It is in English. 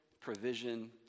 provision